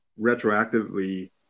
retroactively